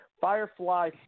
Firefly